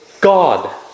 God